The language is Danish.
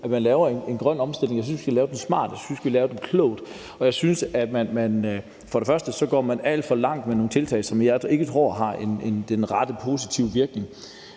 imod – lave en grøn omstilling. Jeg synes, at vi skal lave den smart. Jeg synes, at vi skal lave den klogt. Og jeg synes, at man går alt for langt med nogle tiltag, som jeg ikke tror har den rette positive virkning,